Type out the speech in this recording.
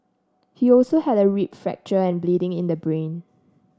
he also had a rib fracture and bleeding in the brain